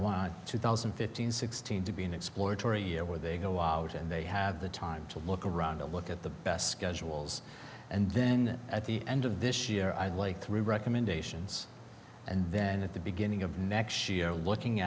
want two thousand and fifteen sixteen to be an exploratory year where they go out and they have the time to look around to look at the best schedules and then at the end of this year i'd like three recommendations and then at the beginning of next year looking